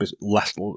less